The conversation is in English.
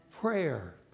prayer